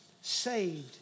saved